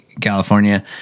California